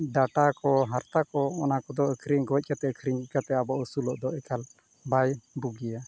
data ᱠᱚ ᱦᱟᱨᱛᱟ ᱠᱚ ᱚᱱᱟ ᱠᱚᱫᱚ ᱟᱹᱠᱷᱨᱤᱧ ᱜᱚᱡ ᱠᱟᱛᱮᱫ ᱟᱹᱠᱷᱨᱤᱧ ᱠᱟᱛᱮ ᱟᱵᱚ ᱟᱹᱥᱩᱞᱚᱜ ᱫᱚ ᱮᱠᱟᱞ ᱵᱟᱭ ᱵᱩᱜᱤᱭᱟ